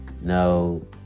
No